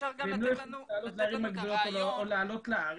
יכולות לעבור לערים הגדולות או לעלות לארץ,